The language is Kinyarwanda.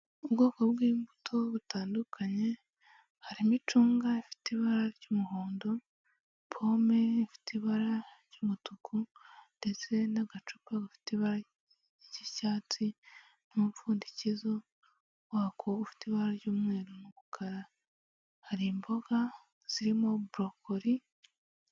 Ubwoko bw'imbuto butandukanye harimo icunga rifite ibara ry'umuhondo pome ifite ibara ry'umutuku ndetse n'agacupa gafite ibara ry'icyatsi n'umupfundikizo wako ufite ibara ry'umweru n'umukara hari imboga zirimo brocoli.